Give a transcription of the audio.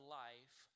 life